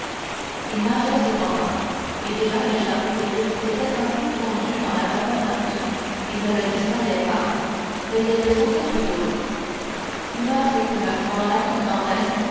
il nageait cependant et déjà le château terrible s'était un peu fondu dans la vapeur nocturne il ne le distinguait pas mais il le sentait toujours une heure s'écoula pendant laquelle dantès